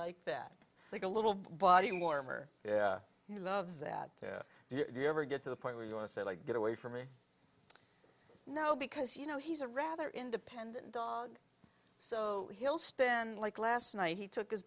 like that like a little body warmer yeah he loves that do you ever get to the point where you want to say like get away from me now because you know he's a rather independent dog so he'll spend like last night he took his